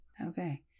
Okay